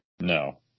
No